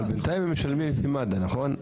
בינתיים משלמים לפי מד"א נכון?